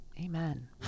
Amen